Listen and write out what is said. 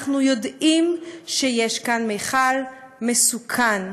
אנחנו יודעים שיש כאן מכל מסוכן,